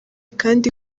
kandi